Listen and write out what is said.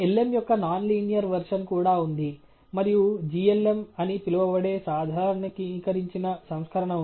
lm యొక్క non linear version కూడా ఉంది మరియు glm అని పిలువబడే సాధారణీకరించిన సంస్కరణ ఉంది